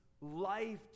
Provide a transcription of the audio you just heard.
life